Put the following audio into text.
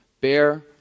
bear